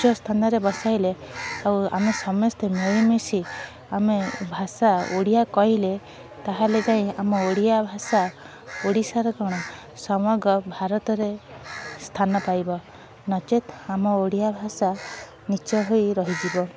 ଉଚ୍ଚ ସ୍ଥାନରେ ବସାଇଲେ ଆଉ ଆମେ ସମସ୍ତେ ମିଳିମିଶି ଆମେ ଭାଷା ଓଡ଼ିଆ କହିଲେ ତା'ହେଲେ ଯାଇ ଆମ ଓଡ଼ିଆ ଭାଷା ଓଡ଼ିଶାର କ'ଣ ସମଗ୍ର ଭାରତରେ ସ୍ଥାନ ପାଇବ ନଚେତ୍ ଆମ ଓଡ଼ିଆ ଭାଷା ନୀଚ ହୋଇ ରହିଯିବ